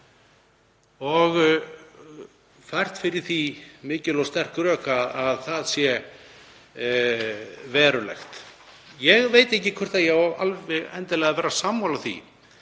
og fært fyrir því mikil og sterk rök að það sé verulegt. Ég veit ekki hvort ég á alveg endilega að vera sammála því